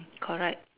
correct